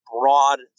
broad